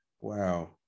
Wow